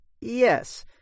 Yes